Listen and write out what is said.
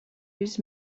his